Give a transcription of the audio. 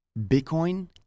Bitcoin